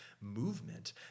movement